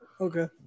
Okay